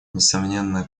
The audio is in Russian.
несомненно